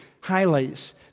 highlights